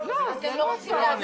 שיעצור.